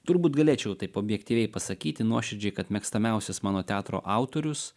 turbūt galėčiau taip objektyviai pasakyti nuoširdžiai kad mėgstamiausias mano teatro autorius